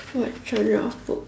what genre of book